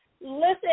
listen